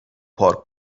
پارک